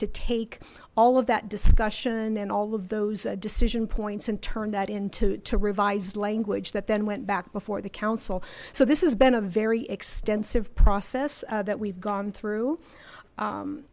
to take all of that discussion and all of those decision points and turned that into revised language that then went back before the council so this has been a very extensive process that we've gone through